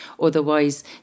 otherwise